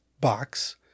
Box